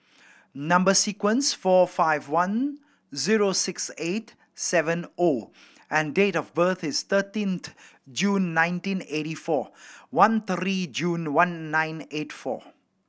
number sequence four five one zero six eight seven O and date of birth is thirteenth June nineteen eighty four one three June one nine eight four